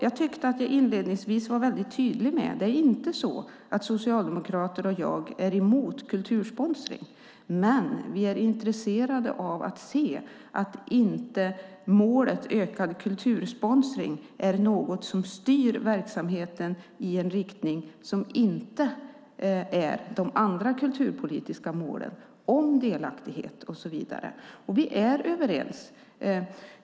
Jag tyckte att jag inledningsvis var väldigt tydlig: Socialdemokraterna och jag är inte emot kultursponsring, men vi är intresserade av att se att målet om ökad kultursponsring inte är något som styr verksamheten i en riktning som inte är de andra kulturpolitiska målen om delaktighet och så vidare.